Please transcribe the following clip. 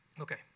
Okay